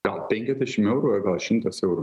gal penkiasdešim eurų ar gal šimtas eurų